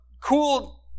cool